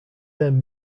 then